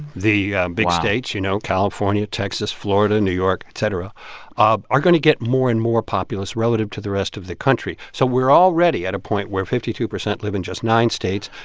the big. wow. states you know, california, texas, florida, new york, et cetera um are going to get more and more populous relative to the rest of the country. so we're already at a point where fifty two percent live in just nine states.